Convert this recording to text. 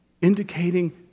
indicating